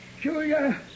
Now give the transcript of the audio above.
Julia